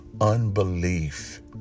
unbelief